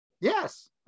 Yes